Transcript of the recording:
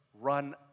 run